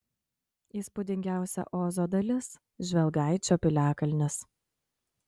įspūdingiausia ozo dalis žvelgaičio piliakalnis